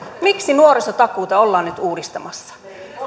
miksi nuorisotakuuta ollaan nyt uudistamassa